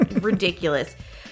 Ridiculous